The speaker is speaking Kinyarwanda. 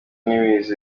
niyibizi